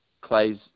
Clay's